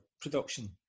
production